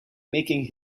making